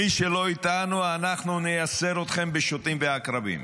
מי שלא איתנו, אנחנו נייסר אתכם בשוטים ועקרבים.